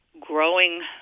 growing